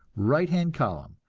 right hand column,